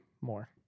more